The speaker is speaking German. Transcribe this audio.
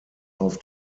auf